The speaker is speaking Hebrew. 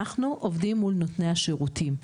אנחנו עובדים מול נותני השירותים.